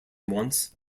once